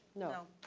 no,